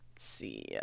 See